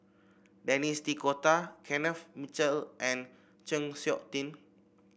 Denis D'Cotta Kenneth Mitchell and Chng Seok Tin